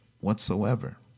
whatsoever